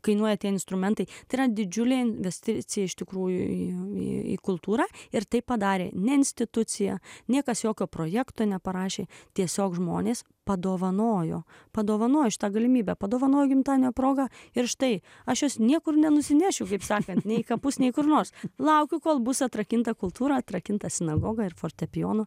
kainuoja tie instrumentai yra didžiulė investicija iš tikrųjų į kultūrą ir tai padarė ne institucija niekas jokio projekto neparašė tiesiog žmonės padovanojo padovanojo šitą galimybę padovanojo gimtadienio proga ir štai aš jos niekur nenusinešiu taip sakant nei kapus nei kur nors laukiu kol bus atrakinta kultūra atrakinta sinagoga ir fortepijonu